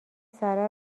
پسره